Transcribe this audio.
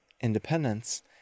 Independence